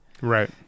right